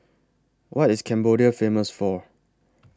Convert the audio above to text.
What IS Cambodia Famous For